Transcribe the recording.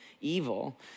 evil